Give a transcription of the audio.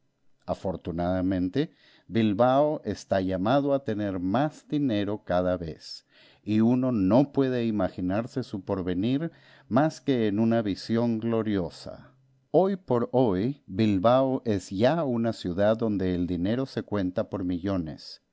afortunadamente bilbao está llamado a tener más dinero cada vez y uno no puede imaginarse su porvenir más que en una visión gloriosa hoy por hoy bilbao es ya una ciudad donde el dinero se cuenta por millones